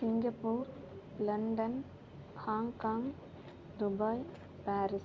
Singapore London Hong Kong Dubai Paris